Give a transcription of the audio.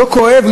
לא כואב?